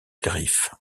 griffes